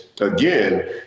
again